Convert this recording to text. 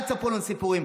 אל תספרו לנו סיפורים.